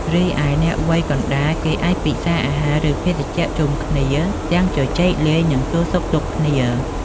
រីឯអ្នកវ័យកណ្ដាលគេអាចពិសាអាហារ ឬ ភេសជ្ជៈជុំគ្នាទាំងជជែកលេង និងសួរសុខទុក្ខគ្នា។